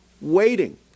waiting